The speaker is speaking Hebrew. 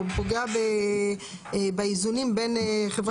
או פוגע באיזונים בין חברת ביטוח לשב"ן.